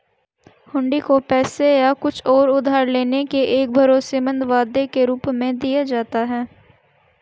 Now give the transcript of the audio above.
हुंडी को पैसे या कुछ और उधार लेने के एक भरोसेमंद वादे के रूप में दिया जाता है